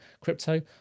crypto